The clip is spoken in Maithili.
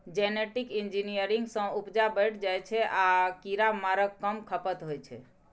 जेनेटिक इंजीनियरिंग सँ उपजा बढ़ि जाइ छै आ कीरामारक कम खपत होइ छै